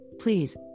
please